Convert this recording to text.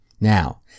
Now